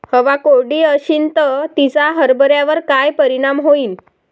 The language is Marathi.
हवा कोरडी अशीन त तिचा हरभऱ्यावर काय परिणाम होईन?